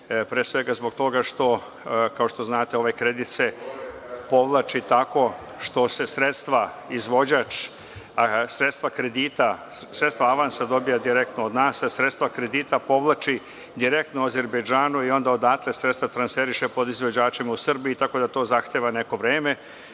pre svega, zbog toga, kao što znate ovaj kredit se povlači tako što se izvođač sredstva, sredstva kredita, sredstva avansa dobija direktno od nas, a sredstva kredita povlači direktno Azerbejdžanu i onda odatle sredstva transferiše podizvođačima u Srbiji, tako da to zahteva neko vreme.